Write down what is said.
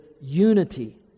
unity